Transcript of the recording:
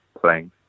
playing